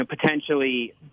potentially